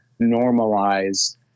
normalize